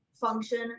function